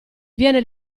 viene